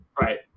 Right